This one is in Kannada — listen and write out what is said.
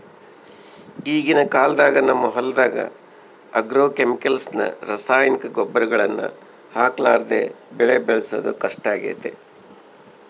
ಈಗಿನ ಕಾಲದಾಗ ನಮ್ಮ ಹೊಲದಗ ಆಗ್ರೋಕೆಮಿಕಲ್ಸ್ ನ ರಾಸಾಯನಿಕ ಗೊಬ್ಬರಗಳನ್ನ ಹಾಕರ್ಲಾದೆ ಬೆಳೆ ಬೆಳೆದು ಕಷ್ಟಾಗೆತೆ